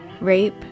rape